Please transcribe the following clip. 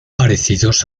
parecidos